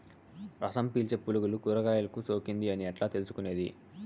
రసం పీల్చే పులుగులు కూరగాయలు కు సోకింది అని ఎట్లా తెలుసుకునేది?